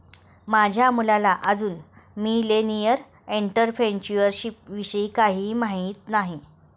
माझ्या मुलाला अजून मिलेनियल एंटरप्रेन्युअरशिप विषयी काहीही माहित नाही